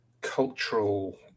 cultural